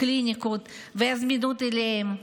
הקליניקות והזמינות אליהם.